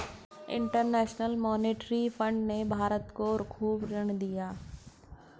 international Monetary Fund ने भारत को खूब ऋण दिया है